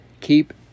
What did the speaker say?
Keep